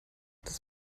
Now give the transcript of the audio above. das